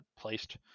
placed